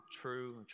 True